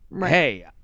hey